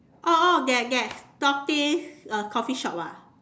oh oh that that tortoise uh coffee shop ah